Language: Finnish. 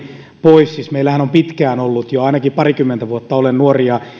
pois kyllähän tässä on taustalla se että meillä on jo pitkään ollut ainakin parikymmentä vuotta olen nuori ja